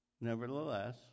nevertheless